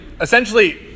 essentially